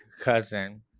cousin